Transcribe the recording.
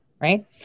Right